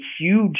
huge